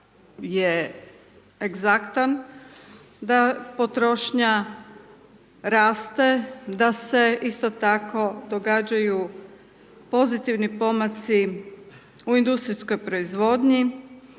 je egzaktan, da potrošnja raste, da se isto tako događaju pozitivni pomaci u industrijskoj proizvodnji,